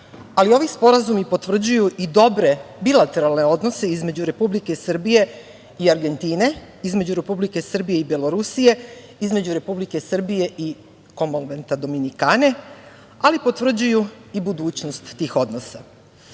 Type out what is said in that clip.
ali ovi sporazumi potvrđuju i dobre bilateralne odnose između Republike Srbije i Argentine, između Republike Srbije i Belorusije, između Republike Srbije i Komonvelta Dominikane, ali potvrđuju i budućnost tih odnosa. Na